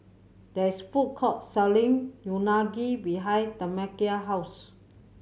there is a food court selling Unagi behind Tamekia's house